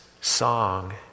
song